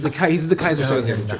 the keyser the keyser soze yeah